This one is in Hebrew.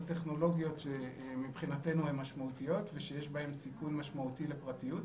הטכנולוגיות שמבחינתנו הם משמעותיות ושיש בהם סיכון משמעותי לפרטיות.